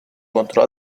contro